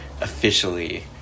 officially